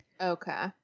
Okay